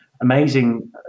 amazing